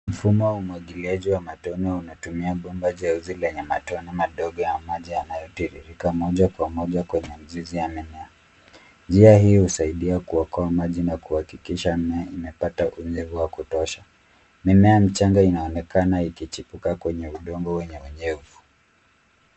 Mfumo wa umwagiliaji wa matone unatumia bomba jeusi lenye matone madogo ya maji yanayotiririka moja kwa moja kwenye mizizi ya mimea. Njia hii husaidia kuokoa maji na kuhakikisha mimea imepata unyevu wa kutosha. Mimea michanga inaonekana ikichipuka kwenye udongo wenye unyevu.